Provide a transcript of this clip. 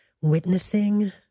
witnessing